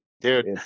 Dude